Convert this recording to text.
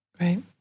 Right